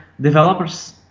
developers